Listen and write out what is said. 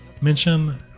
mention